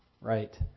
right